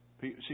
See